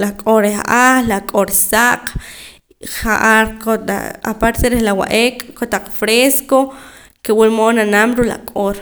la r'oor reh aj la q'oor saq ja'ar kotaq aparte reh la wa'ek kotaq fresco ke wulmood na'nam ruu' la q'oor